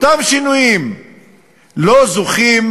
אותם שינויים לא זוכים